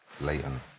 Leighton